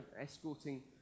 escorting